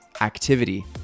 activity